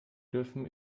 dürfen